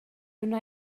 wna